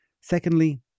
Secondly